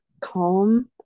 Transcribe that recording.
calm